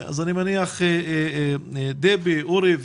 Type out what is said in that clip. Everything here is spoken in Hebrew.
אני מניח שדבי, אורי ואביעד,